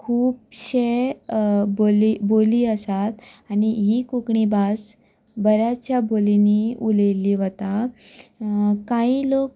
खुबशे बोली बोली आसा आनी ही कोंकणी भास बऱ्याचशा बोलींनी उलयल्ली वता काही लोक